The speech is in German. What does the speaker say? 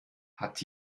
hat